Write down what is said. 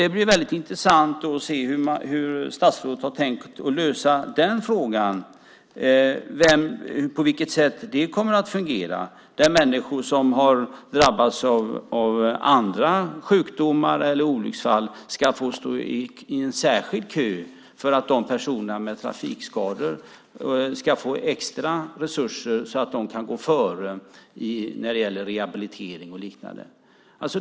Det blir väldigt intressant att se hur statsrådet har tänkt lösa den frågan, nämligen på vilket sätt det kommer att fungera, där människor som har drabbats av andra sjukdomar eller olycksfall ska få stå i en särskild kö för att personer med trafikskador ska få extra resurser så att de kan gå före när det gäller rehabilitering och liknande.